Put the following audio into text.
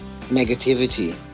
negativity